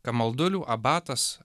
kamaldulių abatas